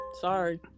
Sorry